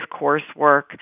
coursework